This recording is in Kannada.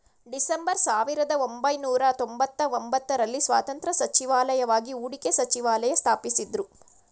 ಡಿಸೆಂಬರ್ ಸಾವಿರದಒಂಬೈನೂರ ತೊಂಬತ್ತಒಂಬತ್ತು ರಲ್ಲಿ ಸ್ವತಂತ್ರ ಸಚಿವಾಲಯವಾಗಿ ಹೂಡಿಕೆ ಸಚಿವಾಲಯ ಸ್ಥಾಪಿಸಿದ್ದ್ರು